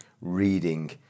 reading